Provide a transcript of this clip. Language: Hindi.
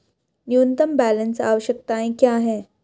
न्यूनतम बैलेंस आवश्यकताएं क्या हैं?